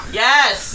yes